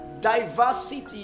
diversity